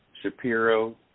Shapiro